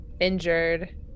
injured